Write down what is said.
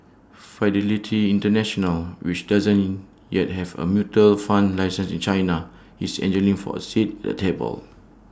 fidelity International which doesn't yet have A mutual fund license in China is angling for A seat at the table